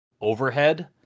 overhead